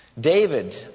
David